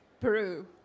Peru